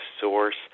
source